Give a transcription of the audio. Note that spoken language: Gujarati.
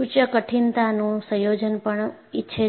ઉચ્ચ કઠિનતાનું સંયોજન પણ ઇચ્છે છે